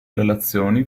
relazioni